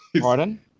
Pardon